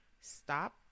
Stop